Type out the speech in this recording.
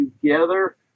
together